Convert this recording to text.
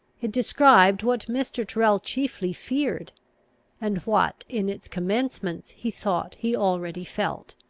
it described what mr. tyrrel chiefly feared and what in its commencements he thought he already felt.